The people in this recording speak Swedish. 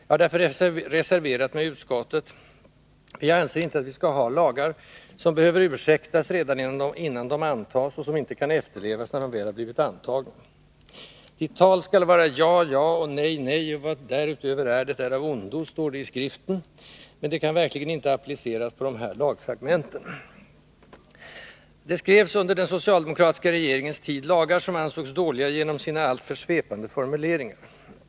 Jag har reserverat mig i utskottet, för jag anser inte att vi skall ha lagar som behöver ursäktas redan innan de antas och som inte kan efterlevas, när de väl har blivit antagna. Edert tal skall vara ja, ja, nej, nej; vad därutöver är, det är av ondo. Så står det i Skriften, men det kan verkligen inte appliceras på de här lagfragmenten. Det skrevs under den socialdemokratiska regeringens tid lagar som ansågs dåliga genom sina alltför svepande formuleringar.